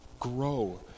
grow